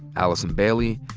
allison bailey,